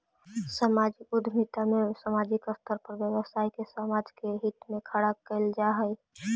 सामाजिक उद्यमिता में सामाजिक स्तर पर व्यवसाय के समाज के हित में खड़ा कईल जा हई